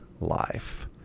life